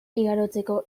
igarotzeko